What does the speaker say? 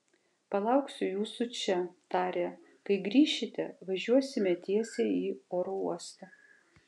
palauksiu jūsų čia tarė kai grįšite važiuosime tiesiai į oro uostą